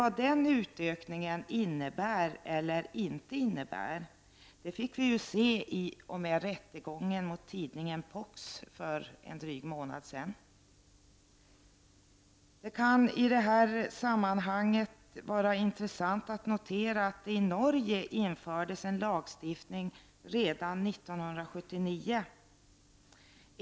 Vad den utökningen innebär eller inte innebär fick vi ju se i och med rättegången mot tidningen POX för en dryg månad sedan. Det kan i detta sammanhang vara intressant att notera att det i Norge infördes en lagstiftning redan 1979.